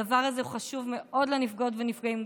הדבר הזה הוא חשוב מאוד לנפגעות ולנפגעים,